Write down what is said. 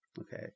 Okay